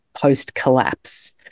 post-collapse